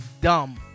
dumb